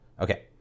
Okay